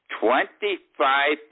Twenty-five